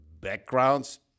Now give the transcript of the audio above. backgrounds